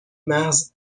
محض